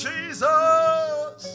Jesus